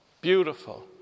beautiful